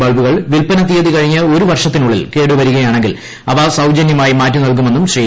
ബൾബുകൾ വില്പന തീയതി കഴിഞ്ഞ് ഒരു വരഷത്തിനുള്ളിൽ കേട് വരികയാണെങ്കിൽ അവ സൌജനൃമായി മ്റ്റ്റി നൽകുമെന്നും ശ്രീ